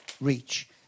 reach